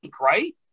Right